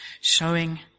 showing